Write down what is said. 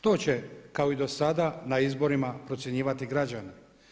To će kao i do sada na izborima procjenjivati građani.